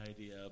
idea